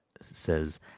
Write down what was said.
says